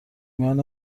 میان